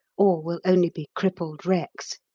or will only be crippled wrecks.